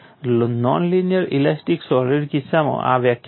non linear elastic solid કિસ્સામાં આ વ્યાખ્યા બરાબર છે